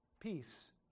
Peace